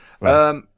Right